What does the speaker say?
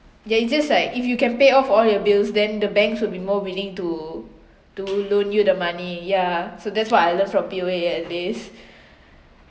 they just like if you can pay off all your bills then the banks will be more willing to to loan you the money ya so that's what I learn from P_O_A at least